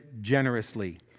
generously